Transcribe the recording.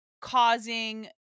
causing